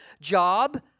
job